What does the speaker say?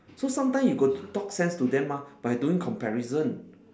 so sometimes you got to talk sense to them mah by doing comparison